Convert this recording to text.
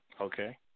Okay